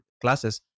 classes